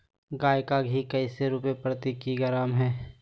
गाय का घी कैसे रुपए प्रति किलोग्राम है?